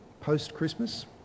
post-Christmas